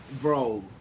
Bro